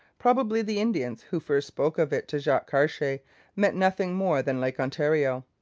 probably the indians who first spoke of it to jacques cartier meant nothing more than lake ontario.